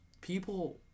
people